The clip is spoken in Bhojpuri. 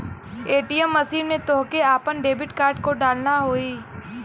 ए.टी.एम मशीन में तोहके आपन डेबिट कार्ड को डालना होई